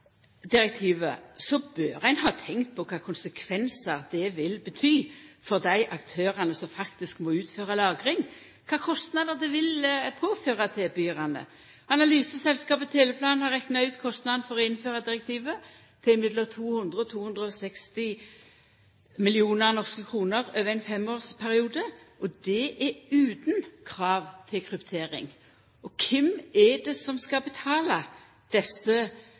direktivet, bør ein ha tenkt på kva konsekvensar det vil ha for dei aktørane som faktisk må utføra lagring – kva kostnader det vil påføra tilbydarane. Analyseselskapet Teleplan har rekna ut kostnaden for å innføra direktivet til mellom 200 og 260 mill. norske kroner over ein femårsperiode, og det er utan krav til kryptering. Kven er det som skal betala desse